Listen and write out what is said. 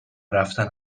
رفتن